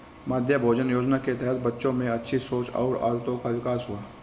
मध्याह्न भोजन योजना के तहत बच्चों में अच्छी सोच और आदतों का विकास हुआ